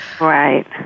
Right